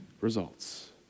results